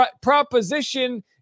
proposition